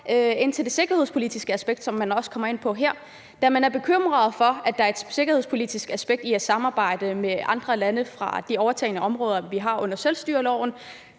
ind til det sikkerhedspolitiske aspekt, som man også kommer ind på her. Hvis man er bekymret for, at der er et sikkerhedspolitisk aspekt i et samarbejde med andre lande om de overtagne områder, vi har under selvstyreloven,